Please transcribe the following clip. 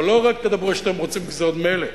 אבל לא רק תדברו איך שאתם רוצים, כי זה עוד מילא.